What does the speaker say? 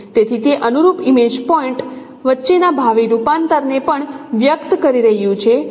તેથી તે અનુરૂપ ઇમેજ પોઇન્ટ્સ વચ્ચેના ભાવિ રૂપાંતરને પણ વ્યક્ત કરી રહ્યું છે